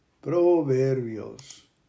Proverbios